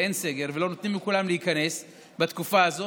אין סגר ונותנים לכולם להיכנס בתקופה הזאת,